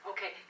Okay